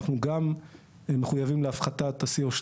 אנחנו גם מחויבים להפחתת ה-C02,